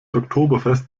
oktoberfest